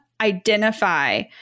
identify